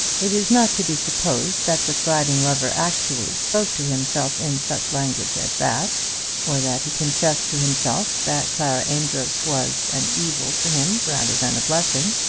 it is not to be supposed that the thriving lover actually spoke to himself in such language as that or that he confessed to himself that clara amedroz was an evil to him rather than a blessing.